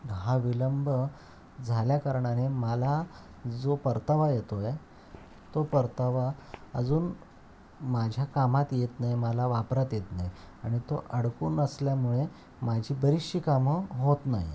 हा विलंब झाल्या कारणाने मला जो परतावा येत आहे तो परतावा अजून माझ्या कामात येत नाही मला वापरात येत नाही आणि तो अडकून असल्यामुळे माझी बरीचशी कामं होत नाहीयेत